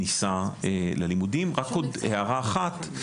רק עוד הערה אחת.